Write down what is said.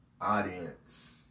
audience